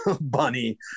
bunny